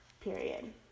period